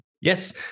Yes